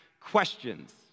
questions